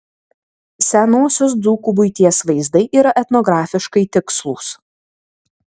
senosios dzūkų buities vaizdai yra etnografiškai tikslūs